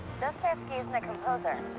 dostoyevsky isn't a composer.